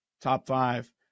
top-five